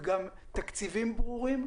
גם תקציבים ברורים,